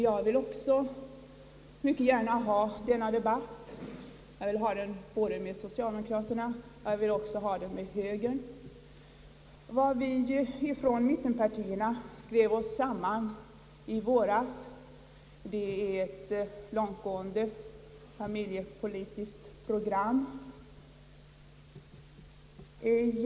Jag vill också mycket gärna ha denna debatt både med socialdemokraterna och med högern. Vad vi från mittenpartierna skrev oss samman om i våras är ett långtgående familjepolitiskt program.